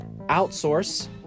outsource